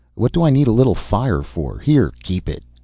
what do i need a little fire for? here, keep it.